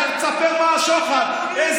תספר מה השוחד, שוחד והפרת אמונים.